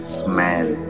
smell